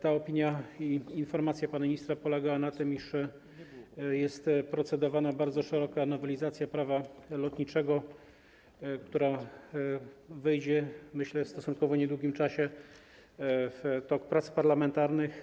Ta opinia i informacja pana ministra dotyczyła tego, iż jest procedowana bardzo szeroka nowelizacja Prawa lotniczego, która wejdzie w stosunkowo niedługim czasie w tok prac parlamentarnych.